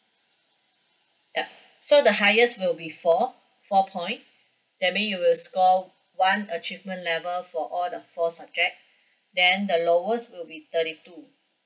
yup so the highest will be four four point that mean you will score one achievement level for all the four subject then the lowest will be thirty two